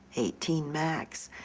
eighteen, max.